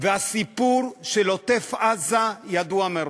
והסיפור של עוטף-עזה הידוע מראש,